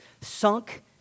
sunk